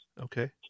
Okay